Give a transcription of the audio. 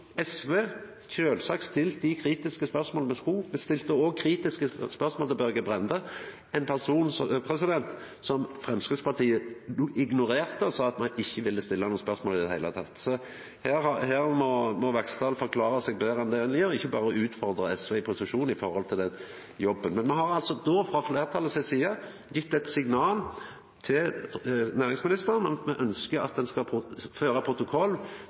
SV har sjølvsagt stilt dei kritiske spørsmåla me skulle. Me stilte òg kritiske spørsmål til Børge Brende, ein person som Framstegspartiet ignorerte og sa ein ikkje ville stilla noko spørsmål i det heile. Så her må Vaksdal forklara seg betre enn det han gjer, ikkje berre utfordra SV i posisjon når det gjeld den jobben. Men me har frå fleirtalet si side gjeve eit signal til næringsministeren om at me ønskjer at ein skal føra protokoll